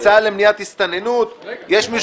כן.